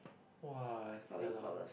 !wah! sia lah